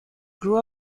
grew